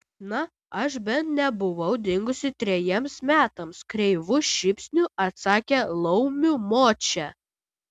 na aš bent nebuvau dingusi trejiems metams kreivu šypsniu atsakė laumių močia